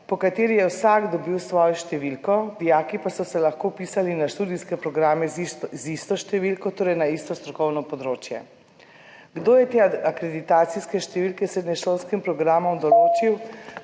po kateri je vsak dobil svojo številko, dijaki pa so se lahko vpisali na študijske programe z isto številko, torej na isto strokovno področje. Kdo je te akreditacijske številke določil srednješolskim programom,